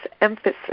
emphasis